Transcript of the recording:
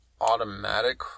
automatic